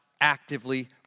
actively